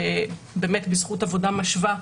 שבזכות עבודה משווה,